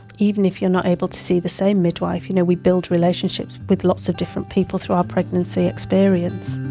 even if you're not able to see the same midwife, you know we build relationships with lots of different people throughout pregnancy experience.